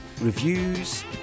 Reviews